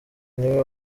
niwe